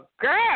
girl